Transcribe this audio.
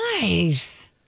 Nice